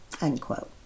Unquote